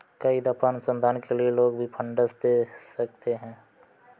कई दफा अनुसंधान के लिए लोग भी फंडस दे सकते हैं